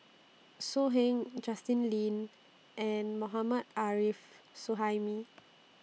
So Heng Justin Lean and Mohammad Arif Suhaimi